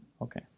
Okay